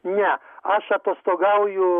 ne aš atostogauju